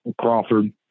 Crawford